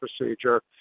procedure